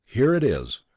here it is.